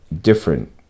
different